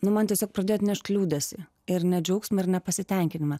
nu man tiesiog pradėjo atnešt liūdesį ir ne džiaugsmą ir nepasitenkinimą